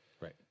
right